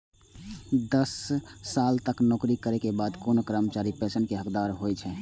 दस साल तक नौकरी करै के बाद कोनो कर्मचारी पेंशन के हकदार होइ छै